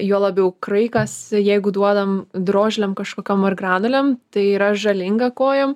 juo labiau kraikas jeigu duodam drožlėm kažkokiom ar granulėm tai yra žalinga kojom